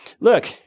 look